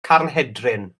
carnhedryn